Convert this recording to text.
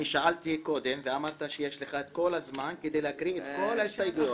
אני שאלתי קודם ואמרת שיש לך את כל הזמן כדי להקריא את כל ההסתייגויות.